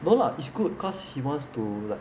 no lah it's good because he wants to like